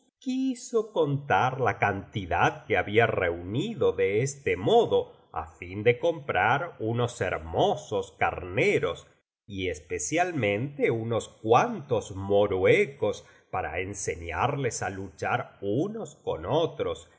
quiso contar la cantidad que había reunido de este modo á fin de comprar unos hermosos carneros y especialmente unos cuantos moruecos para enseriarles á luchar unos con otros